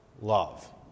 Love